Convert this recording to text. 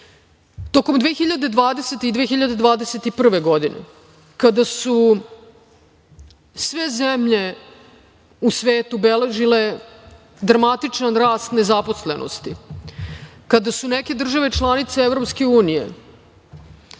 2020. i 2021. godine, kada su sve zemlje u svetu beležile dramatičan rast nezaposlenosti, kada su neke države članice EU zabeležile